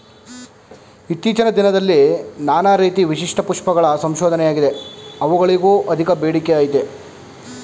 ಇತ್ತೀಚಿನ ದಿನದಲ್ಲಿ ನಾನಾ ರೀತಿ ವಿಶಿಷ್ಟ ಪುಷ್ಪಗಳ ಸಂಶೋಧನೆಯಾಗಿದೆ ಅವುಗಳಿಗೂ ಅಧಿಕ ಬೇಡಿಕೆಅಯ್ತೆ